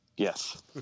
Yes